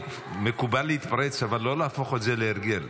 מקובל להתפרץ, אבל לא להפוך את זה להרגל.